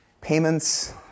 payments